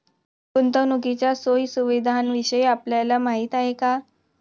गुंतवणुकीच्या सोयी सुविधांविषयी आपल्याला माहिती आहे का?